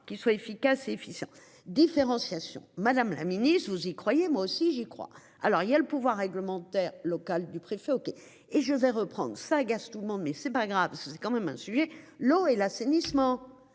qui soit efficace et efficient différenciation Madame la Ministre vous y croyez moi aussi j'y crois. Alors il y a le pouvoir réglementaire locale du préfet. OK. Et je vais reprendre ça gâche tout le monde mais c'est pas grave, c'est quand même un sujet l'eau et l'assainissement.